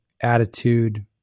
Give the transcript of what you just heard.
attitude